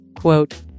quote